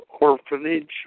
orphanage